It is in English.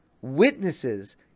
witnesses